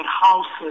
houses